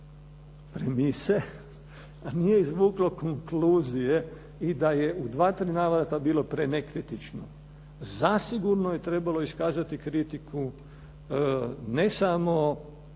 premise, a nije izvuklo konkluzije i da je u dva, tri navrata bilo prenekritično. Zasigurno je trebalo iskazati kritiku ne samo